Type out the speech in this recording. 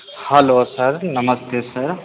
hello sir नमस्ते sir